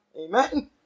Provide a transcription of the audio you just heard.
Amen